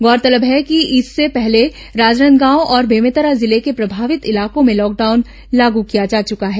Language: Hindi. गौरतलब है कि इससे पहले राजनांदगांव और बेमेतरा जिले के प्रभावित इलाको में लॉकडाउन लागू किया जा चुका है